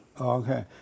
okay